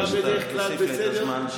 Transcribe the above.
אתה בדרך כלל בסדר,